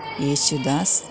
Yesudas